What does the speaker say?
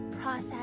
process